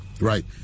Right